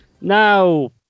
now